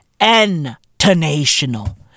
international